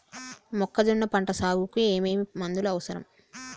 మొక్కజొన్న పంట సాగుకు ఏమేమి మందులు అవసరం?